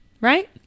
right